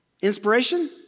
inspiration